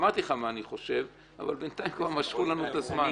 אמרתי לך מה אני חושב אבל בינתיים כבר משכו לנו את הזמן.